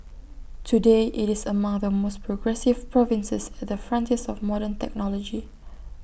today IT is among the most progressive provinces at the frontiers of modern technology